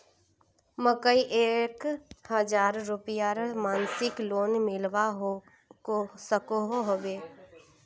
मकईर एक हजार रूपयार मासिक लोन मिलवा सकोहो होबे?